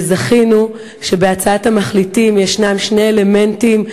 וזכינו שבהצעת המחליטים יש שני אלמנטים,